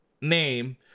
name